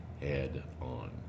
head-on